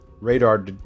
radar